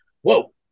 Whoa